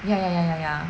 ya ya ya ya ya